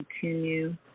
continue